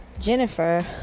Jennifer